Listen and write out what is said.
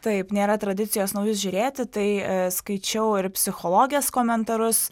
taip nėra tradicijos naujus žiūrėti tai skaičiau ir psichologės komentarus